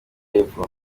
y’epfo